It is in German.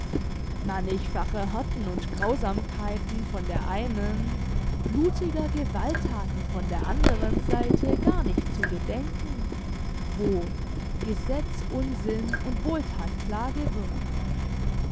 mannichfacher härten und grausamkeiten von der einen blutiger gewaltthaten von der anderen seite gar nicht zu gedenken wo gesetz unsinn und wohlthat plage wird